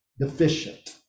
deficient